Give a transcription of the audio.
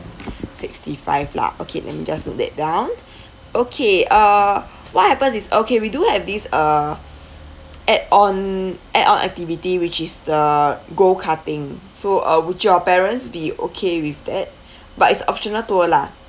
sixty five lah okay let me just note that down okay uh what happens is okay we do have this uh add on add on activity which is the go karting so uh would your parents be okay with that but it's optional tour lah